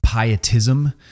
pietism